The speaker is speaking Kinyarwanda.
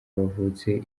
bavutse